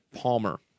Palmer